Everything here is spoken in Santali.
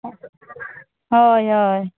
ᱦᱳᱭ ᱦᱳᱭ